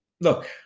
Look